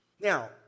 Now